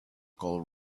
call